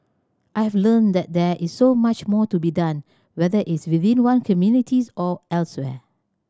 I've learnt that there is so much more to be done whether is within one communities or elsewhere